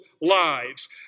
lives